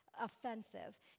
offensive